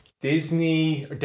Disney